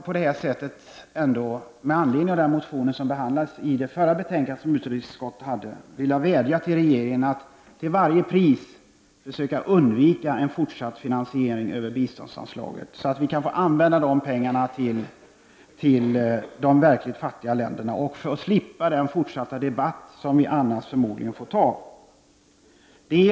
Med anledning av den motion som behandlades i utrikesutskottets förra betänkande, vill jag nu på detta sätt vädja till regeringen att till varje pris försöka undvika en fortsatt finansiering över biståndsanslaget så att vi kan använda de pengarna till de verkligt fattiga länderna och för att vi skall kunna slippa den debatt som vi annars förmodligen får ta.